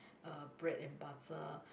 uh bread and butter